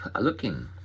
looking